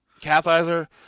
Cathizer